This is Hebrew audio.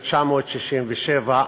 ב-1967,